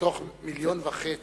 מתוך מיליון וחצי